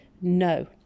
No